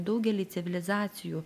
daugely civilizacijų